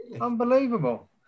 Unbelievable